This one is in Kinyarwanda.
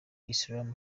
islam